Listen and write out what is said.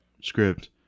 script